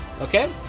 Okay